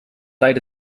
tijd